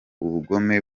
ubugome